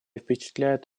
впечатляет